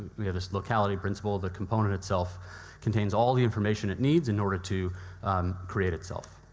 we have this locality principle, the component itself contains all the information it needs in order to create itself.